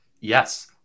yes